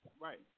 Right